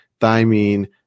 Thymine